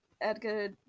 Edgar